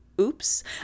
oops